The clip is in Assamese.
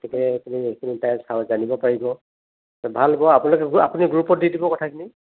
গতিকে সেইখিনি সেইখিনি তাই জানিব পাৰিব ভাল হ'ব আপোনালোকে আপুনি গ্ৰুপত দি দিব কথাখিনি